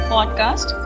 Podcast